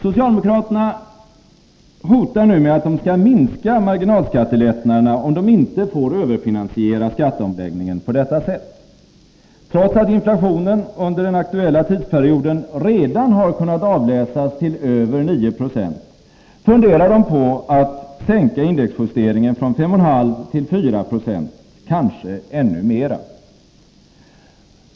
Socialdemokraterna hotar nu med att de skall minska marginalskattelättnaderna, om de inte får överfinansiera skatteomläggningen på detta sätt. Trots att inflationen under den aktuella tidsperioden redan har kunnat avläsas till över 9 96 funderar de på att sänka indexjusteringen från 5,5 till 4 Jo, kanske ännu mer.